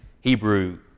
Hebrew